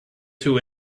two